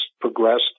progressed